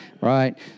Right